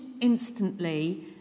instantly